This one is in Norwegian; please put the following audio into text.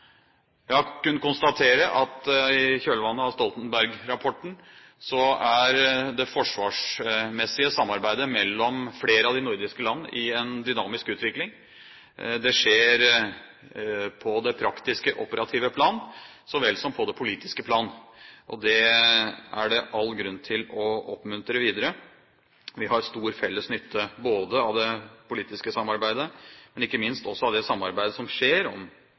Jeg har kunnet konstatere at i kjølvannet av Stoltenberg-rapporten er det forsvarsmessige samarbeidet mellom flere av de nordiske land i en dynamisk utvikling. Det skjer på det praktiske operative plan så vel som på det politiske plan. Det er det all grunn til å oppmuntre videre. Vi har stor felles nytte av det politiske samarbeidet, men ikke minst også av det samarbeidet som skjer om